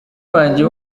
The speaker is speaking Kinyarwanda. wanjye